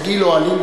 תגיעי לאוהלים,